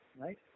right